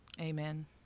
Amen